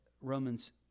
Romans